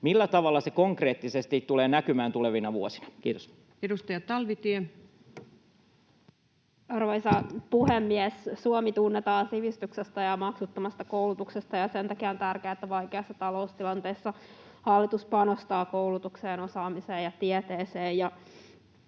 29 Opetus- ja kulttuuriministeriön hallinnonala Time: 12:10 Content: Arvoisa puhemies! Suomi tunnetaan sivistyksestä ja maksuttomasta koulutuksesta, ja sen takia on tärkeää, että vaikeassa taloustilanteessa hallitus panostaa koulutukseen, osaamiseen ja tieteeseen